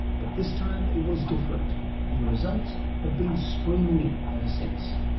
but this time it was different and the results have been streaming in ever since.